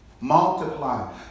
Multiply